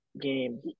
game